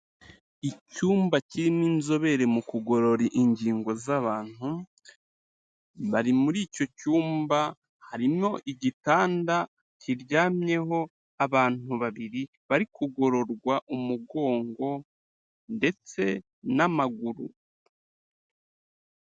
Icyumba kirimo inzobere mu kugorora ingingo z'abantu, bari muri icyo cyumba, harimo igitanda kiryamyeho abantu babiri, bari kugororwa umugongo ndetse n'amaguru.